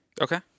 Okay